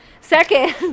Second